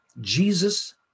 Jesus